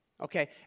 okay